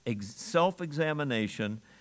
self-examination